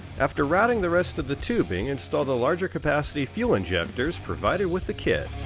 after routing the rest of the tubing install the larger capacity fuel injectors provided with the kit.